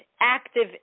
active